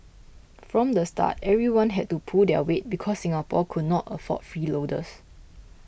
from the start everyone had to pull their weight because Singapore could not afford freeloaders